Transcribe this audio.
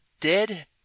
dead